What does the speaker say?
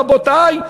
רבותי,